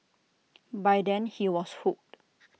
by then he was hooked